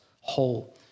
whole